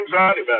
anxiety